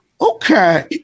Okay